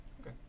Okay